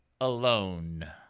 alone